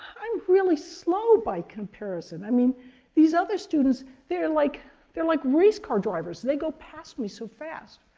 i'm really slow by comparison. i mean these other students, they are like they are like race car drivers they go past me so fast.